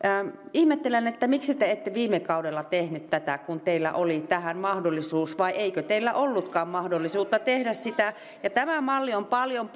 ihmettelen miksi te ette viime kaudella tehneet tätä kun teillä oli tähän mahdollisuus vai eikö teillä ollutkaan mahdollisuutta tehdä sitä tämä malli on paljon